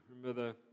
Remember